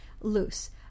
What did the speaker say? loose